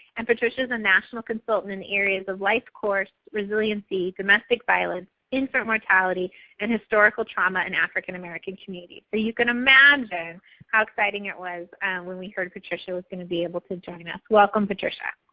and patricia's a national consultant in the areas of life course resiliency domestic violence, info mortality and historical trauma in african-american communities. so you can imagine how exciting it was when we heard patricia was going to be able to join us, welcome patricia.